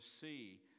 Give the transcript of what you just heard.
see